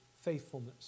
faithfulness